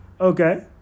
Okay